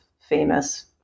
famous